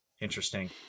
Interesting